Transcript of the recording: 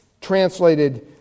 translated